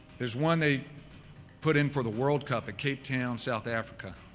there is one they put in for the world cup at cape town, south africa,